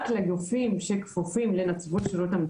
לגופים שכפופים לנציבות שירות המדינה,